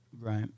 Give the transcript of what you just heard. Right